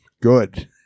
good